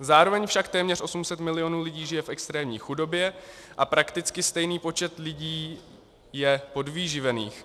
Zároveň však téměř 800 milionů lidí žije v extrémní chudobě a prakticky stejný počet lidí je podvyživených.